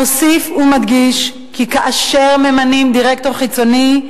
מוסיף ומדגיש כי כאשר ממנים דירקטור חיצוני,